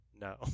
No